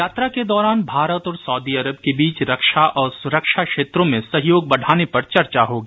यात्रा के दौरान भारत और सऊदी अरब के बीच रक्षा और सुरक्षा क्षेत्रों में सहयोग बढाने पर चर्चा होगी